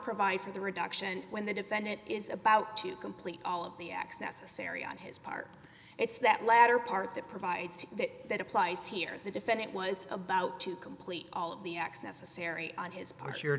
provide for the reduction when the defendant is about to complete all of the acts necessary on his part it's that latter part that provides that that applies here the defendant was about to complete all of the excesses serry on his part your